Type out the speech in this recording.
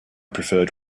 preferred